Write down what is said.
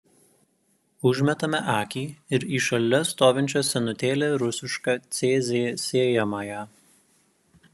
užmetame akį ir į šalia stovinčią senutėlę rusišką cz sėjamąją